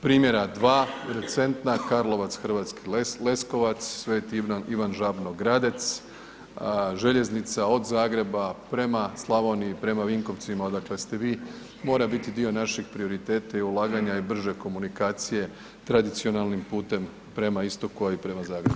Primjera dva recentna, Karlovac-Hrvatski Leskovac, Sveti Ivan Žabno-Gradec, željeznica od Zagrebe prema Slavoniji, prema Vinkovcima odakle ste vi, mora biti dio našeg prioriteta i ulaganja i brže komunikacije tradicionalnim putem prema istoku, a i prema Zagrebu.